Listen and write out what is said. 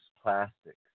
plastics